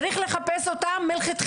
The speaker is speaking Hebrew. צריך לחפש את הפתרונות מלכתחילה,